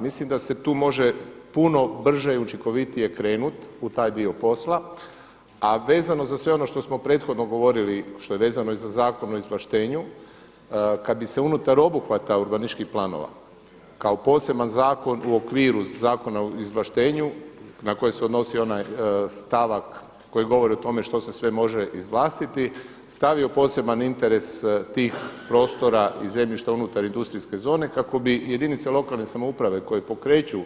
Mislim da se tu može puno brže i učinkovitije krenuti u taj dio posla a vezano za sve ono što smo prethodno govorili što je vezano i za Zakon o izvlaštenju kad bi se unutar obuhvata urbanističkih planova kao poseban zakon u okviru Zakona o izvlaštenju na koje se odnosi onaj stavak koji govori o tome što se sve može izvlastiti stavio poseban interes tih prostora i zemljišta unutar industrijske zone kako bi jedinice lokalne samouprave koje pokreću